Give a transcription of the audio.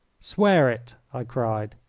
swear it! i cried.